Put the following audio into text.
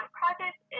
project